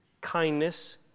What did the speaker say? kindness